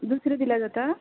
दुसरें दिल्यार जाता